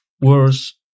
worse